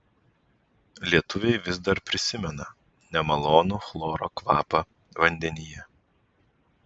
lietuviai vis dar prisimena nemalonų chloro kvapą vandenyje